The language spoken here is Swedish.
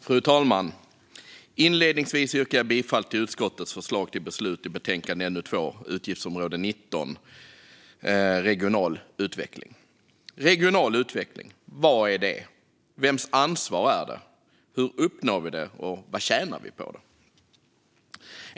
Fru talman! Inledningsvis yrkar jag bifall till utskottets förslag till beslut i betänkande NU2 Utgiftsområde 19 Regional utveckling. Regional utveckling, vad är det? Vems ansvar är det? Hur uppnår vi det? Och vad tjänar vi på det?